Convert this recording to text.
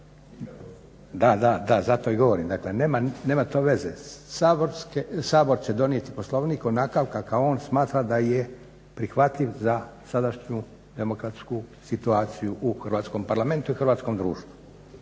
Da, da zato i govorim. Dakle, nema to veze. Sabor će donijeti Poslovnik onakav kakav on smatra da je prihvatljiv za sadašnju demokratsku situaciju u hrvatskom Parlamentu i hrvatskom društvu.